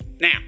now